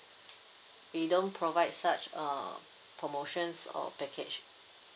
we don't provide such err promotions or package